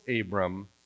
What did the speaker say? Abram